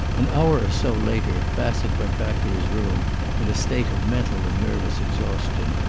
an hour or so later bassett went back to his room in a state of mental and nervous exhaustion.